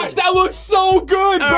um that looks so good,